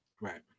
Right